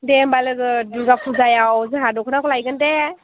दे होमबा लोगो दुरगा फुजायाव जोंहा दख'नाखौ लायगोनदे